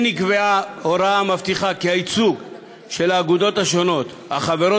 כן נקבעה הוראה המבטיחה כי הייצוג של האגודות החברות